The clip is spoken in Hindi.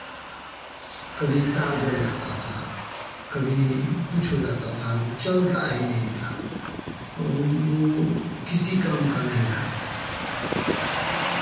कभी तार जल जाता था कभी कुछ हो जाता था वह चलता ही नहीं था वह किसी काम का नहीं रहा